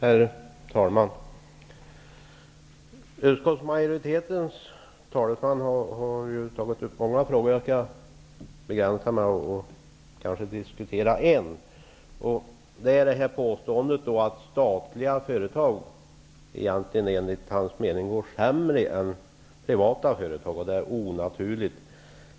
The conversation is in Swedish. Herr talman! Utskottsmajoritetens talesman har tagit upp många frågor. Jag skall begränsa mig till att diskutera en, nämligen att statliga företag enligt hans mening går sämre än privata företag.